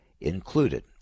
included